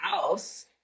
house